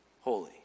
holy